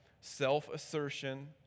self-assertion